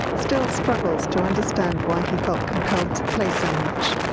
still struggles to understand why he felt compelled to play so much.